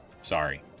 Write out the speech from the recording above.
Sorry